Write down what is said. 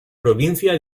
provincia